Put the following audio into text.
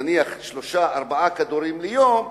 נניח שלושה-ארבעה כדורים ליום,